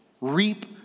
reap